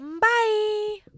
Bye